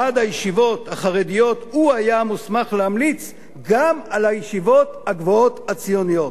ועד הישיבות החרדיות היה המוסמך להמליץ גם על הישיבות הגבוהות הציוניות.